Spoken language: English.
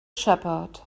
shepherd